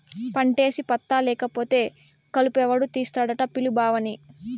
పంటేసి పత్తా లేకపోతే కలుపెవడు తీస్తాడట పిలు బావని